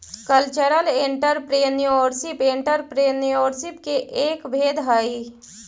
cultural entrepreneurship entrepreneurship के एक भेद हई